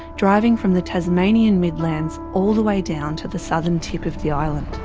driving from the tasmanian midlands all the way down to the southern tip of the island.